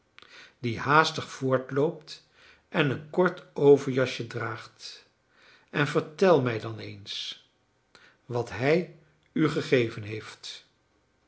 die haastig voortloopt en een kort overjasje draagt en vertel mij dan eens wat hij u gegeven heeft